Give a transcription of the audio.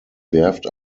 werft